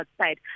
outside